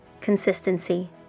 Consistency